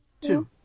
Two